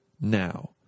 now